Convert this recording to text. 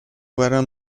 guerra